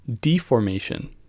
deformation